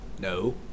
No